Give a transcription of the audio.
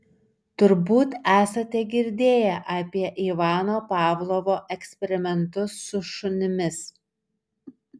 turbūt esate girdėję apie ivano pavlovo eksperimentus su šunimis